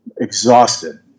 exhausted